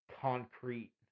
concrete